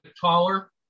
taller